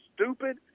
stupid